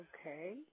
okay